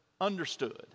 understood